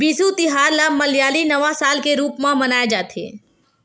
बिसु तिहार ल मलयाली नवा साल के रूप म मनाए जाथे